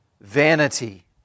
vanity